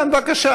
לא, אבל יש עוד.